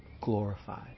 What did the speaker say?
glorified